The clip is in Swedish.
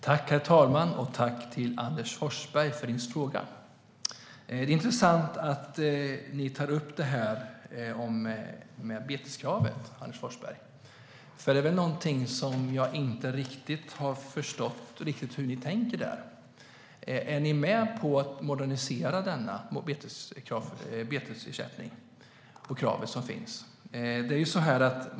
Herr talman! Tack, Anders Forsberg, för frågan! Det är intressant att ni tar upp beteskravet, Anders Forsberg, för jag har inte riktigt förstått hur ni tänker där. Är ni med på att modernisera betesersättningen?